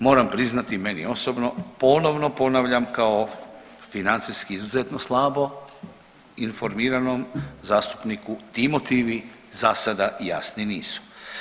Moram priznati meni osobno ponovno ponavljam kao financijski izuzetno slabo informiranom zastupniku ti motivi za sada jasni nisu.